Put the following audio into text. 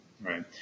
right